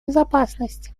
безопасность